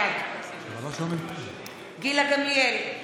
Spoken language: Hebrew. בעד גילה גמליאל,